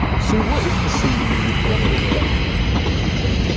sue, what is the scene when you look over the country?